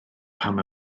pam